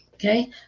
Okay